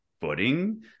footing